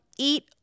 Eat